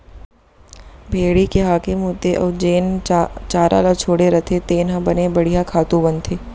भेड़ी के हागे मूते अउ जेन चारा ल छोड़े रथें तेन ह बने बड़िहा खातू बनथे